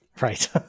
Right